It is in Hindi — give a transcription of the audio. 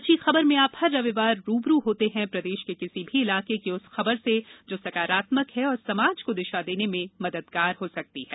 अच्छी खबर में आप हर रविवार रू ब रू होते हैं प्रदेश के किसी भी इलाके की उस खबर से जो सकारात्मक है और समाज को दिशा देने में मददगार हो सकती है